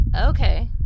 Okay